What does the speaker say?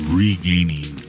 regaining